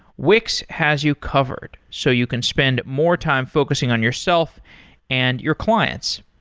wix has you covered, so you can spend more time focusing on yourself and your clients.